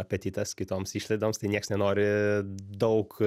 apetitas kitoms išlaidoms tai nieks nenori daug